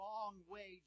long-way